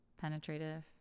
penetrative